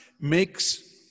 makes